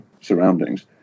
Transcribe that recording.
surroundings